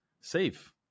safe